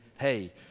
hey